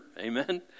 amen